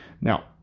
Now